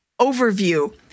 overview